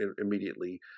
immediately